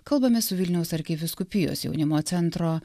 kalbame su vilniaus arkivyskupijos jaunimo centro